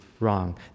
wrong